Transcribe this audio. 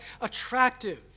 attractive